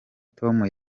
tom